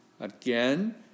Again